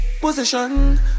Position